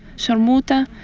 sharmuta.